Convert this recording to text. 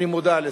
אני מודע לזה,